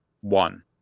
one